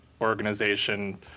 organization